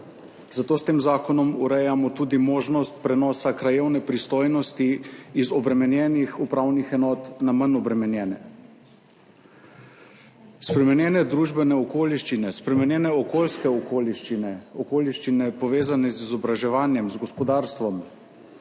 zato s tem zakonom urejamo tudi možnost prenosa krajevne pristojnosti iz obremenjenih upravnih enot na manj obremenjene. Spremenjene družbene okoliščine, spremenjene okoljske okoliščine, okoliščine, povezane z izobraževanjem, z gospodarstvom,